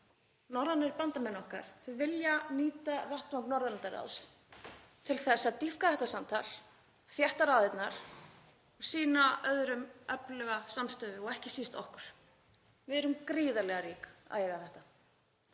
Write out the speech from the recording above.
Norrænir bandamenn okkar vilja nýta vettvang Norðurlandaráðs til þess að dýpka þetta samtal, þétta raðirnar og sýna öðrum öfluga samstöðu og ekki síst okkur. Við erum gríðarlega rík að eiga þetta.